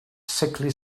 sickly